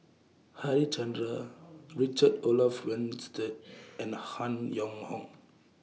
Harichandra Richard Olaf Winstedt and Han Yong Hong